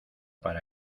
para